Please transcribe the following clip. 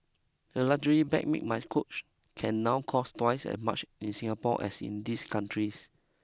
a luxury bag made by Coach can now cost twice as much in Singapore as in these countries